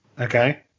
okay